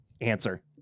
answer